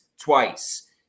twice